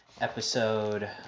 episode